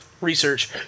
research